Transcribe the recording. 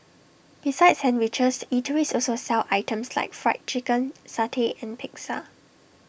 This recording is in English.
besides sandwiches eateries also sell items like Fried Chicken satay and pizza